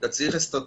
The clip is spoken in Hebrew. אתה צריך אסטרטגיה,